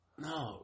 No